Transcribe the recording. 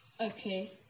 okay